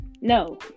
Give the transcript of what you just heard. no